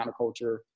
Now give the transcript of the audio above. counterculture